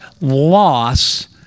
loss